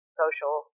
social